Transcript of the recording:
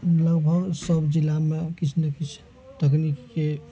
लगभग सब जिलामे किछु ने किछु तकनीकके